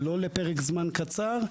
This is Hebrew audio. גם לא לפרק זמן קצר,